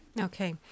Okay